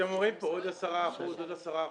מוריד כאן עוד 10 אחוזים ועוד 10 אחוזים.